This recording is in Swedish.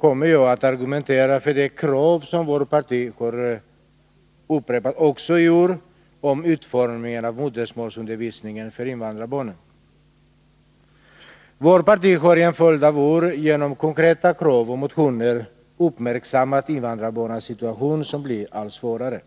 kommer jag att argumentera för de krav som vårt parti upprepar också i år om utformningen av modersmålsundervisningen för invandrarbarnen. Vårt parti har i en följd av år genom konkreta krav och motioner uppmärksammat invandrarbarnens situation, som blir allt svårare.